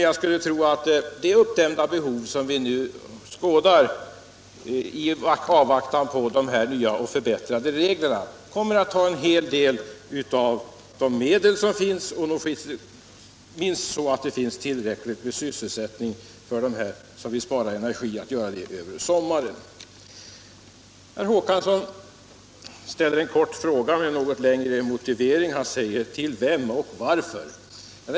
Jag skulle tro att det uppdämda behov som vi nu skådar i avvaktan på de nya och förbättrade reglerna kommer att ta i anspråk en hel del av de medel som finns, minst så att det finns tillräckligt med sysselsättning för dem som vill spara energi och vidta besparingsåtgärderna under sommaren. Herr Håkansson i Trelleborg ställde en kort fråga med något längre motivering: Till vem och varför?